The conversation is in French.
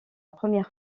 première